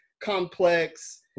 Complex